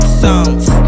songs